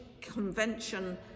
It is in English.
convention